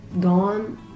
gone